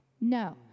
No